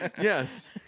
Yes